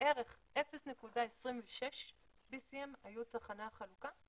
בערך 0.26 BCM היו צרכני החלוקה,